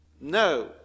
no